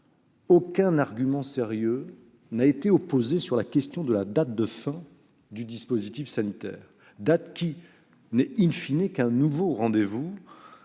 Aucun argument sérieux ne nous a été opposé sur la question de la date de fin du dispositif sanitaire, date qui n'est qu'un nouveau rendez-vous